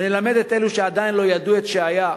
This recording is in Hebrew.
ונלמד את אלו שעדיין לא ידעו את שהיה.